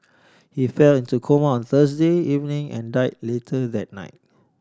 he fell into coma Thursday evening and died later that night